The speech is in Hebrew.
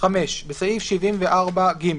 "(5)בסעיף 74(ג),